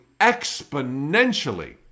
exponentially